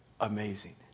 amazing